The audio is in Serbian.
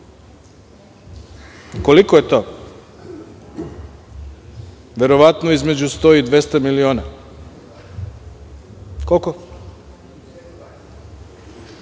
Koliko je? Verovatno između 100 i 200 miliona. Gospodin